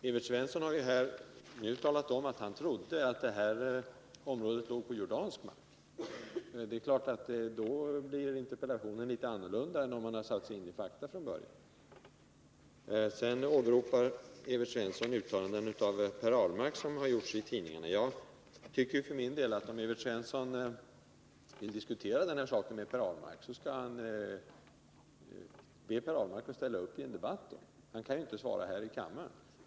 Evert Svensson har nu talat om att han trodde att detta område låg på jordansk mark. Interpellationen hade kanske blivit litet annorlunda utformad, om han från början hade satt sig in i fakta. Evert Svensson åberopade uttalanden av Per Ahlmark som har återgivits i tidningar. Om Evert Svensson vill diskutera denna fråga med Per Ahlmark, skall han be honom ställa upp i en debatt. Per Ahlmark kan ju inte svara här i kammaren.